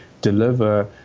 deliver